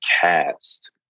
cast